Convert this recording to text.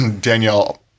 Danielle